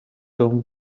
term